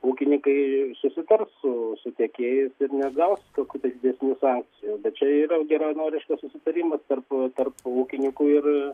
ūkininkai susitars su su tiekėjais ir negaus tokių tais didesnių sankcijų bet čia yra geranoriškas susitarimas tarp tarp ūkininkų ir